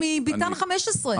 מביתן 15?